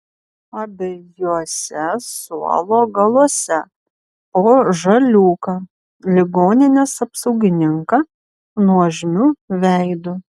abiejuose suolo galuose po žaliūką ligoninės apsaugininką nuožmiu veidu